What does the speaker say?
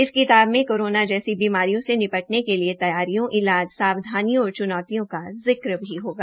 इस किताब में कोरोना जैसी बीमारियों से निपटने के लिए तैयारियों इलाज सावधानियों और च्नौतियों का जिक्र भी होगा